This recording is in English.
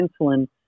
insulin